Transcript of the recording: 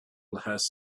last